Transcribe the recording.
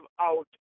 out